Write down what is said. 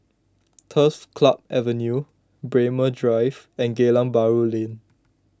Turf Club Avenue Braemar Drive and Geylang Bahru Lane